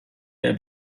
der